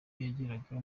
bageraga